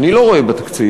אני לא רואה בתקציב,